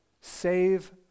Save